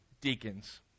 deacons